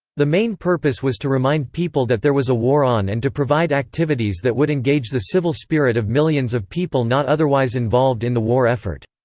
the main purpose was to remind people that there was a war on and to provide activities that would engage the civil spirit of millions of people not otherwise involved in the war effort.